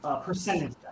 percentage